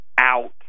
out